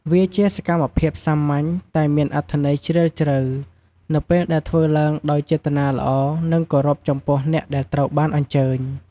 វាជាសកម្មភាពសាមញ្ញ តែមានអត្ថន័យជ្រាលជ្រៅ នៅពេលដែលធ្វើឡើងដោយចេតនាល្អ និងគោរពចំពោះអ្នកដែលត្រូវបានអញ្ជើញ។